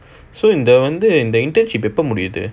so இந்த:intha the internship எப்போ முடியுது::ppo mudiyuthu